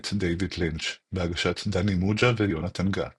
מאת דייוויד לינץ', בהגשת דני מוג'ה ויונתן גת